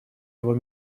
его